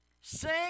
Sing